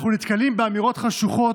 אנחנו נתקלים באמירות חשוכות,